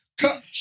cut